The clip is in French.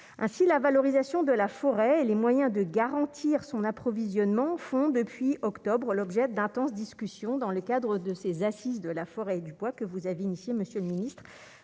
ainsi la valorisation de la forêt et les moyens de garantir son approvisionnement font depuis octobre, l'objet d'intenses discussions dans le cadre de ces assises de la forêt du poids que vous avez initiée, monsieur le Ministre,